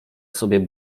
sobie